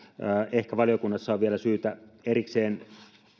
ehkä valiokunnassa on vielä syytä erikseen